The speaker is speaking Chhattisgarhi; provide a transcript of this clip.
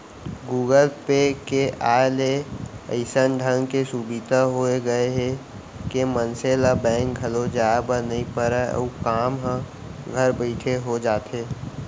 गुगल पे के आय ले अइसन ढंग के सुभीता हो गए हे के मनसे ल बेंक घलौ जाए बर नइ परय अउ काम ह घर बइठे हो जाथे